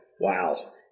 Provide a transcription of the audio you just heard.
Wow